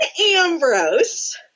Ambrose